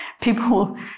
people